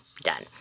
done